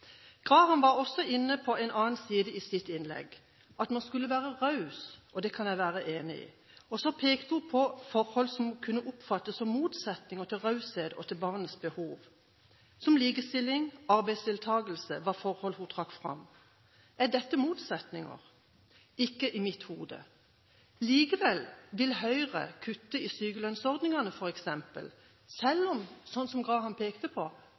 Graham var også inne på en annen side i sitt innlegg, at man skulle være raus. Det kan jeg være enig i. Så pekte hun på forhold som kunne oppfattes som motsetninger til raushet og til barnets behov. Likestilling og arbeidsdeltakelse var forhold hun trakk fram. Er dette motsetninger? Ikke i mitt hode. Likevel vil Høyre kutte i sykelønnsordningene f.eks., selv om, slik som Graham pekte på,